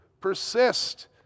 persist